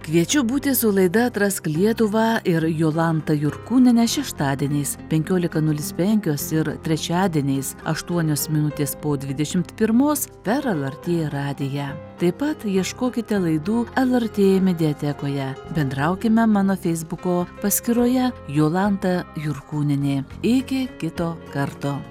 kviečiu būti su laida atrask lietuvą ir jolanta jurkūniene šeštadieniais penkiolika nulis penkios ir trečiadieniais aštuonios minutės po dvidešimt pirmos per lrt radiją taip pat ieškokite laidų lrt mediatekoje bendraukime mano feisbuko paskyroje jolanta jurkūnienė iki kito karto